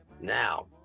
Now